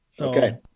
Okay